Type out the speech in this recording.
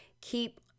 keep